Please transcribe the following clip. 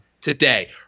today